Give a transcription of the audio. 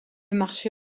marché